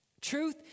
Truth